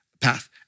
path